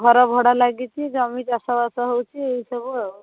ଘର ଭଡ଼ା ଲାଗିଛି ଜମି ଚାଷ ବାସ ହେଉଛି ଏଇ ସବୁ ଆଉ